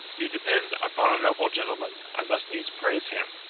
you depend upon a notable gentleman i must needs praise him.